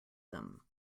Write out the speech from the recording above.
them